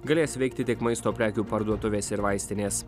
galės veikti tik maisto prekių parduotuvės ir vaistinės